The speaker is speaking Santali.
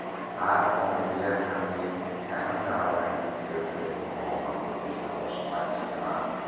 ᱟᱨ ᱠᱚᱢ ᱤᱫᱤ ᱞᱮᱱᱠᱷᱟᱱᱜᱮ ᱛᱟᱭᱚᱢ ᱫᱟᱨᱟᱢ ᱨᱮᱱ ᱜᱤᱫᱫᱨᱟᱹᱼᱯᱤᱫᱽᱨᱟᱹ ᱠᱚᱦᱚᱸ ᱱᱚᱶᱟ ᱠᱚ ᱡᱤᱱᱤᱥ ᱟᱵᱚ ᱥᱚᱢᱟᱡ ᱨᱮᱭᱟᱜ ᱠᱟᱱᱟ